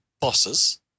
bosses